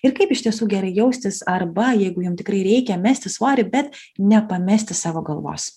ir kaip iš tiesų gerai jaustis arba jeigu jum tikrai reikia mesti svorį bet nepamesti savo galvos